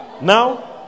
now